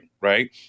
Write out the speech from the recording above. Right